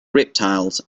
reptiles